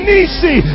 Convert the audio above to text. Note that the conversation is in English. Nisi